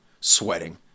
sweating